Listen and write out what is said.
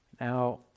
Now